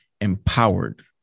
empowered